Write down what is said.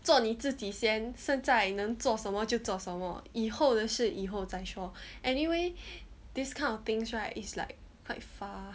做你自己先在能做什么就做什么以后的事以后再说 anyway this kind of things right is like quite far